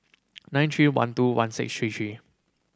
nine three one two one six three three